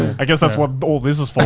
i guess that's what all this is for,